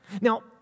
Now